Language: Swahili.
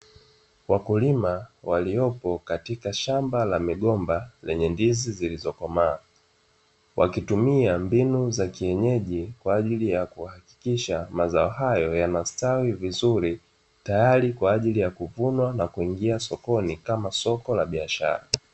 Wakulima waliopo katika shamba la migomba lenye ndizi zilizokomaa, wakitumia mbinu za kienyeji kwa ajili ya kuhakikisha mazao hayo yanastawi vizuri, tayari kwa ajili ya kuvunwa na kuingia sokoni kama soko la biashara.